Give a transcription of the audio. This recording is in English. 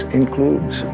includes